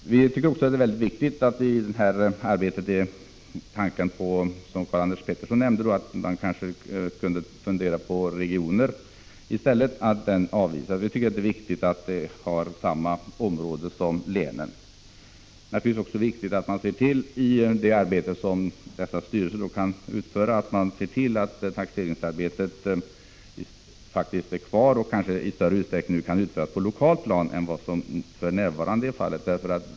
Vi tycker också att den tanke Karl-Anders Petersson framförde om olika regioner bör avvisas. Vi anser att det är riktigt att ha samma område som länen. Det är naturligtvis också viktigt att man ser till att taxeringsarbetet i större utsträckning än hittills kan utföras på ett lokalt plan.